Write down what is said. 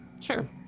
sure